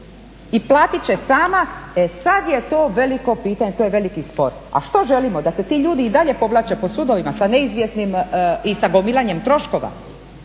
i platit će sama, e sad je to veliko pitanje, to je veliki spor. A što želimo? Da se ti ljudi i dalje povlače po sudovima sa neizvjesnim i sa gomilanjem troškova?